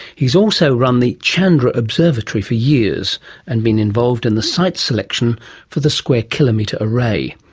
he has also run the chandra observatory for years and been involved in the site selection for the square kilometre array.